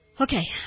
Okay